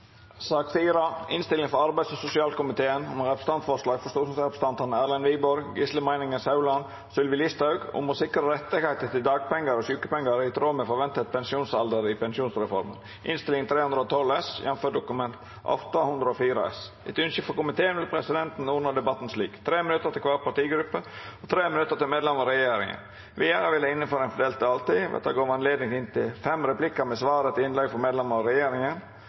sak nr. 4. Etter ynske frå arbeids- og sosialkomiteen vil presidenten ordna debatten slik: 5 minutt til kvar partigruppe og 5 minutt til medlemer av regjeringa. Vidare vil det – innanfor den fordelte taletida – vert gjeve anledning til inntil fem replikkar med svar etter innlegg frå medlemer av regjeringa,